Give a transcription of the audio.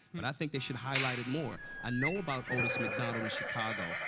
but i think they should highlight it more. i know about otis mcdonald in chicago,